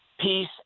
peace